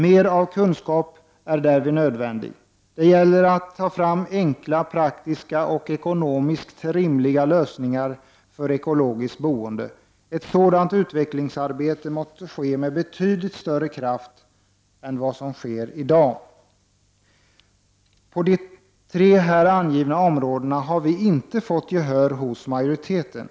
Mer av kunskap är därvid nödvändig. Det gäller att ta fram enkla, praktiska och ekonomiskt rimliga lösningar för ekologiskt boende. Ett sådant utvecklingsarbete måste ske med betydligt större kraft än vad som sker i dag. På de tre här angivna områdena har vi inte fått gehör hos majoriteten.